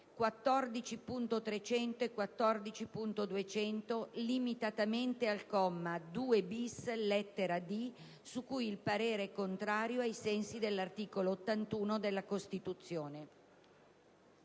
14.300 e 14.200, limitatamente al comma 2-*bis*, lettera *d)*, su cui il parere è contrario ai sensi dell'articolo 81 della Costituzione».